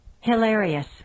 Hilarious